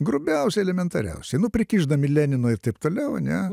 grubiausiai elementariausiai nu prikišdami lenino ir taip toliau ane